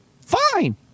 fine